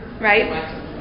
right